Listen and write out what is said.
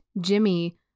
Jimmy